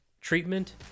treatment